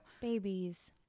Babies